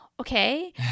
okay